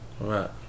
Right